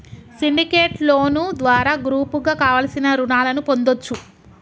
syndicate loan ద్వారా గ్రూపుగా కావలసిన రుణాలను పొందచ్చు